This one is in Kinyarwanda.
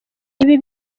ibi